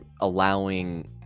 allowing